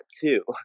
two